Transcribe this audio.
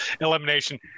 elimination